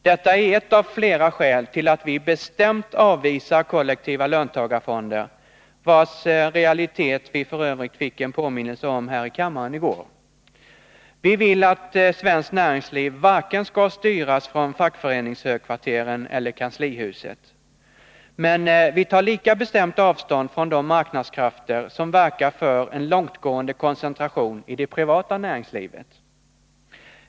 Detta är ett av flera skäl till att vi bestämt avvisar kollektiva löntagarfon der, vars realitet vi f. ö. fick en påminnelse om här i kammaren i går. Vi vill att svenskt näringsliv skall styras varken från fackföreningshögkvarteren eller från kanslihuset. Men vi tar lika bestämt avstånd från de marknadskrafter som verkar för en långtgående koncentration i det privata näringslivet.